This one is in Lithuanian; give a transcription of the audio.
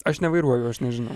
aš nevairuoju aš nežinau